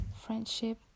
friendship